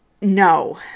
No